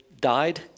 died